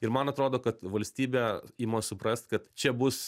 ir man atrodo kad valstybė ima suprast kad čia bus